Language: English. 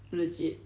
legit